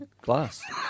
glass